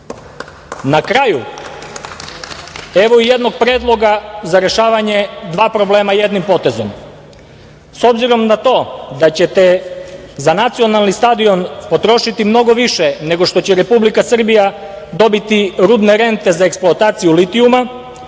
kraju, evo jednog predloga za rešavanje dva problema jednim potezom. S obzirom na to da ćete za nacionalni stadion potrošiti mnogo više nego što će Republika Srbija dobiti rudne rente za eksploataciju litijuma,